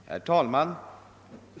Herr talman!